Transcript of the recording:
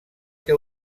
que